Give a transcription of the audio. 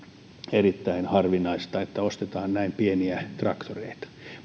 erittäin harvinaista että ostetaan näin pieniä traktoreita